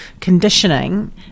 conditioning